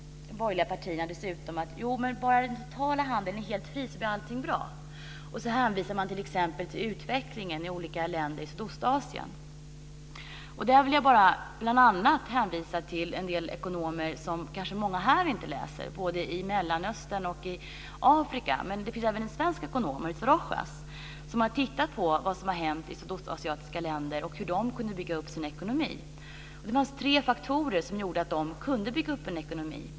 De borgerliga partierna hävdar dessutom att allting blir bra om bara den totala handeln är helt fri, och så hänvisar de t.ex. till utvecklingen i olika länder i Sydostasien. Då vill jag bl.a. hänvisa till en del ekonomer både i Mellanöstern och i Afrika som många här kanske inte läser. Det finns även en svensk ekonom, Mauricio Rojas, som har tittat på vad som har hänt i sydostasiatiska länder och hur de kunde bygga upp sin ekonomi. Det fanns tre faktorer som gjorde att de kunde bygga upp en ekonomi.